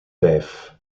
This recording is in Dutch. vijf